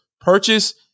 purchase